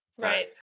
Right